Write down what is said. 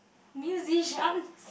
musician